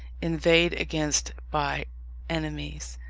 inveighed against by enemies,